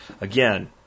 Again